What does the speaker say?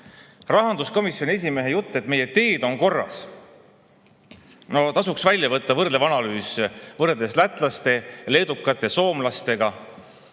Rahanduskomisjoni esimees [ütles], et meie teed on korras. No tasuks välja võtta võrdlev analüüs, võrdlus lätlaste, leedukate, soomlastega,